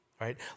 right